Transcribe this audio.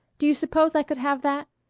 do you suppose i could have that?